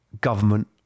government